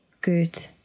good